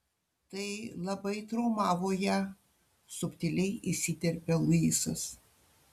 tai labai traumavo ją subtiliai įsiterpia luisas